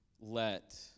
let